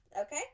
Okay